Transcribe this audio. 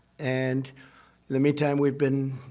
and, in the meantime, we've been